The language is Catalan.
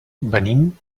venim